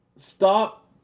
Stop